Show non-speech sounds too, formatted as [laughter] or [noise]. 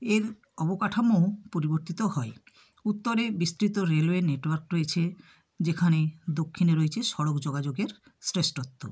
এই [unintelligible] অবকাঠামো পরিবর্তিত হয় উত্তরে বিস্তৃত রেলওয়ে নেটওয়ার্ক রয়েছে যেখানে দক্ষিণে রয়েছে সড়ক যোগাযোগের শ্রেষ্ঠত্ব